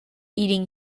eating